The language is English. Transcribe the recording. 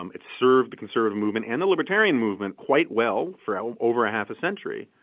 um it served the conservative movement and the libertarian movement quite well for um over a half a century.